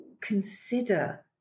consider